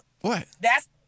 what—that's